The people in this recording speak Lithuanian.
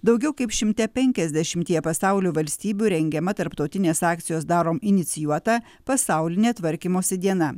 daugiau kaip šimte penkiasdešimtyje pasaulio valstybių rengiama tarptautinės akcijos darom inicijuota pasaulinė tvarkymosi diena